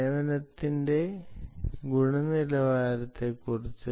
സേവനത്തിന്റെ ഗുണനിലവാരത്തെക്കുറിച്ച്